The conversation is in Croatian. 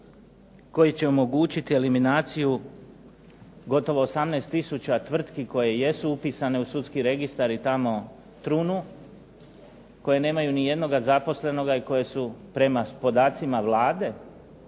koji će omogućiti eliminaciju gotovo 18 tisuća tvrtki koje jesu upisane u sudski registar i tamo trunu, koje nemaju nijednog zaposlena i koje su prema podacima Vlade